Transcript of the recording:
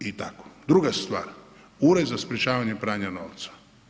I da, druga stvar, Ured za sprječavanja pranja novca.